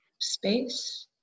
space